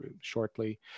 shortly